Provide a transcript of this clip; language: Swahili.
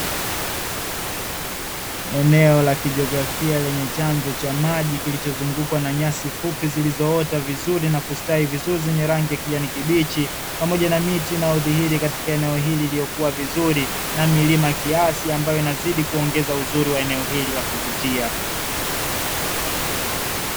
Eneo la kijiografia lenye chanzo cha maji kilichozungukwa na nyasi fupi zilizoota vizuri na kustawi vizuri zenye rangi ya kijani kibichi, pamoja na miti inayodhihiri katika eneo hili lililokuwa vizuri, na milima kiasi ambayo inazidi kuongeza uzuri wa eneo hilo la kuvutia.